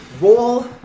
Roll